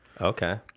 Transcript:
Okay